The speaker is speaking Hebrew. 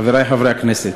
חברי חברי הכנסת,